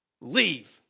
leave